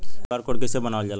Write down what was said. QR code कइसे बनवाल जाला?